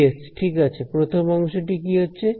dS ঠিক আছে প্রথম অংশটি কি হচ্ছে